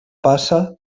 passa